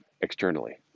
Externally